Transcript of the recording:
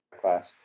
class